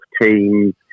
Teams